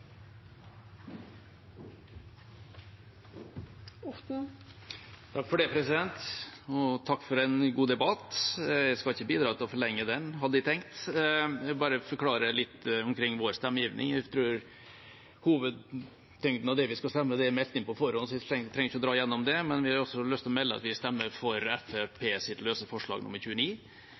Takk for en god debatt – jeg skal ikke bidra til å forlenge den, hadde jeg tenkt. Jeg vil bare forklare litt omkring vår stemmegivning. Hovedtyngden av det vi skal stemme, er meldt inn på forhånd, så jeg trenger ikke å dra gjennom det, men vi har også lyst til å melde at vi stemmer for forslag nr. 29,